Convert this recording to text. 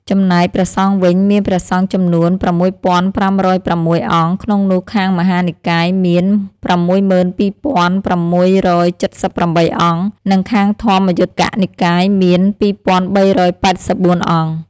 ចំណែក ព្រះសង្ឃវិញ មានព្រះសង្ឃចំនួន ៦៥០៦ អង្គ ក្នុងនោះខាងមហានិកាយ មាន ៦២៦៧៨ អង្គ និងខាងធម្មយុត្តិកនិកាយមាន ២៣៨៤ អង្គ។